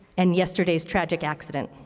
and yesterday's tragic accident.